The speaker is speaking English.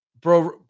Bro